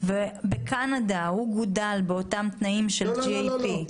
בקנדה הוא גודל באותם תנאים של GAP --- לא,